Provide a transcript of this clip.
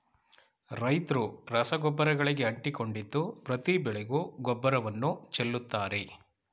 ರೈತ್ರು ರಸಗೊಬ್ಬರಗಳಿಗೆ ಅಂಟಿಕೊಂಡಿದ್ದು ಪ್ರತಿ ಬೆಳೆಗೂ ಗೊಬ್ಬರವನ್ನು ಚೆಲ್ಲುತ್ತಾರೆ